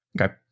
Okay